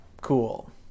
cool